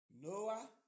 Noah